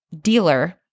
dealer